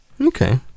Okay